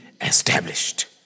established